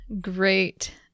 great